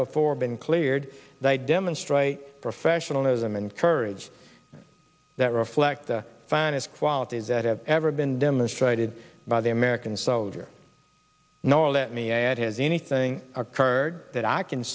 before been cleared they demonstrate professionalism and courage that reflect the finest qualities that have ever been demonstrated by the american soldier no let me add has anything occurred that i can